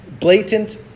blatant